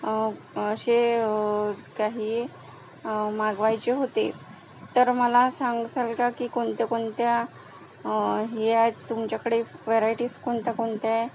असे काही मागवायचे होते तर मला सांगशाल का की कोणत्या कोणत्या हे आहेत तुमच्याकडे व्हरायटीज कोणत्या कोणत्या आहे